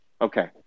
Okay